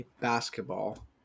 basketball